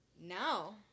No